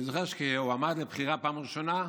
אני זוכר, כשהוא עמד לבחירה בפעם הראשונה,